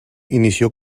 inició